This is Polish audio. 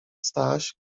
staś